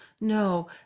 No